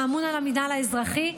האמון על המינהל האזרחי,